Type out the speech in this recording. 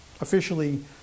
officially